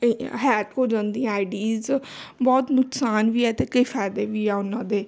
ਇਹ ਹੈਕ ਹੋ ਜਾਂਦੀਆਂ ਆਈਡੀਸ ਬਹੁਤ ਨੁਕਸਾਨ ਵੀ ਹੈ ਅਤੇ ਕਈ ਫਾਇਦੇ ਵੀ ਆ ਉਹਨਾਂ ਦੇ